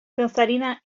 dançarina